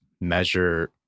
measure